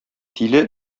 тиле